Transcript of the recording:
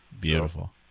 Beautiful